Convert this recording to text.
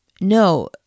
no